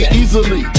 easily